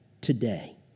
today